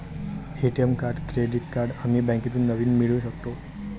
ATM card credit card आम्ही बँकेतून नवीन मिळवू शकतो